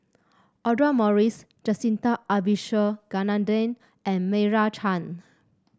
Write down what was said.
Audra Morrice Jacintha Abisheganaden and Meira Chand